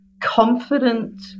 confident